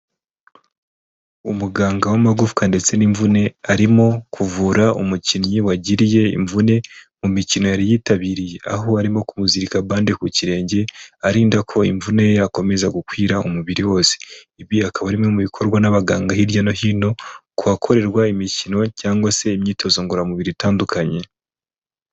Umuganga w'amagufwa ndetse n'imvune, arimo kuvura umukinnyi wagiriye imvune, mu mikino yari yitabiriye, aho arimo kuzirika bande ku kirenge arinda ko imvune ye yakomeza gukwira umubiri wose, ibi akaba ari imwe mu bikorwa n'abaganga hirya no hino, ku bakorerwa imikino cyangwa se imyitozo ngoramubiri itandukanye.